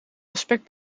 aspect